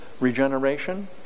regeneration